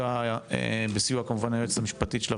בסיוע היועצת המשפטית של הוועדה,